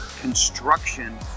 construction